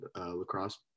lacrosse